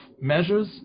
measures